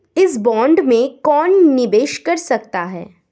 इस बॉन्ड में कौन निवेश कर सकता है?